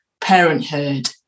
parenthood